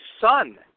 son